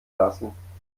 lassen